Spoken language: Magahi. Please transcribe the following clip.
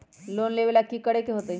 लोन लेवेला की करेके होतई?